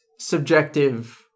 Subjective